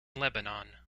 lebanon